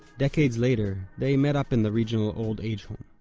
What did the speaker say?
decades later, they met up in the regional old age home